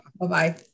Bye-bye